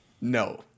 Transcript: No